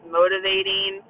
motivating